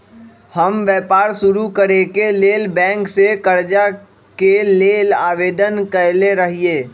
हम व्यापार शुरू करेके लेल बैंक से करजा के लेल आवेदन कयले रहिये